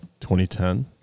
2010